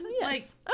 Yes